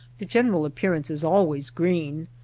the general appearance is always green,